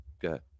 Good